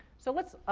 so let's